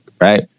right